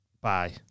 bye